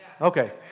Okay